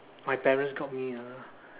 my parents got me a